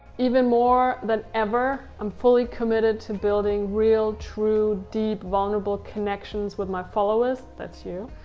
even more than ever, i'm fully committed to building real, true, deep, vulnerable connections with my followers, that's you,